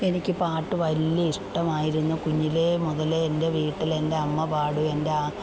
എനിക്ക് പാട്ട് വലിയ ഇഷ്ടമായിരുന്നു കുഞ്ഞിലേ മുതലേൻ എൻ്റെ വീട്ടിലെ എൻ്റെ അമ്മ പാടും എൻ്റെ